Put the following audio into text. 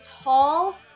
tall